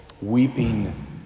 weeping